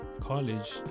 college